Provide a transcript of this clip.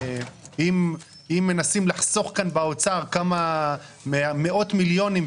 אם מנסים לחסוך כאן באוצר כמה מאות מיליונים,